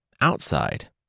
Outside